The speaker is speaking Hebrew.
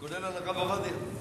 כולל הרב עובדיה יוסף.